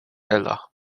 ela